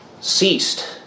ceased